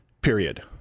period